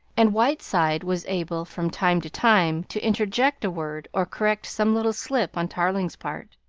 and whiteside was able from time to time to interject a word, or correct some little slip on tarling's part.